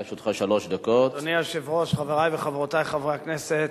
אדוני היושב-ראש, חברי וחברותי חברי הכנסת,